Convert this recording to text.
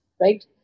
right